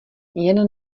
jen